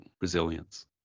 resilience